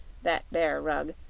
that bear rug,